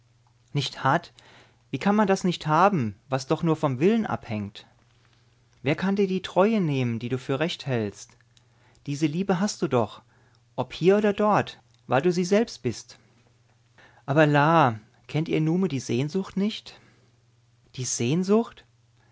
nicht hat wie kann man das nicht haben was doch nur vom willen abhängt wer kann dir die treue nehmen die du für recht hältst diese liebe hast du doch ob hier oder dort weil du sie selbst bist aber la kennt ihr nume die sehnsucht nicht die sehnsucht